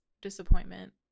disappointment